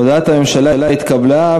הודעת הממשלה התקבלה,